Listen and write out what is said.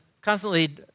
constantly